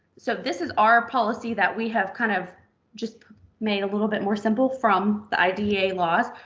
so this is our policy that we have kind of just made a little bit more simple from the idea laws.